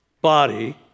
body